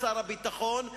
שר הביטחון,